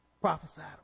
prophesied